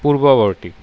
পূৰ্বৱৰ্তী